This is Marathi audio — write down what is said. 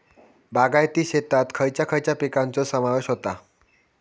बागायती शेतात खयच्या खयच्या पिकांचो समावेश होता?